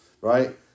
Right